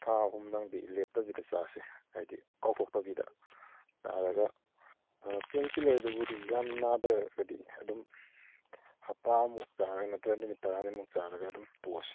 ꯊꯥ ꯑꯍꯨꯝꯗꯪꯗꯤ ꯂꯦꯞꯇꯕꯤꯗ ꯆꯥꯁꯦ ꯍꯥꯏꯗꯤ ꯀꯥꯎꯊꯣꯛꯇꯕꯤꯗ ꯆꯥꯔꯒ ꯄꯦꯟ ꯀꯤꯂꯔꯗꯨꯕꯨꯗꯤ ꯌꯥꯝ ꯅꯥꯗ꯭ꯔꯒꯗꯤ ꯑꯗꯨꯝ ꯍꯥꯞꯇꯥꯃꯨꯛ ꯆꯥꯔ ꯅꯠꯇ꯭ꯔꯒ ꯅꯨꯃꯤꯠ ꯇꯔꯥꯅꯤꯃꯨꯛ ꯆꯥꯔꯒ ꯑꯗꯨꯝ ꯇꯣꯛꯑꯁꯤ